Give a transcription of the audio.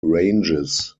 ranges